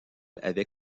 avaient